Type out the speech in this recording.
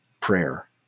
prayer